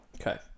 Okay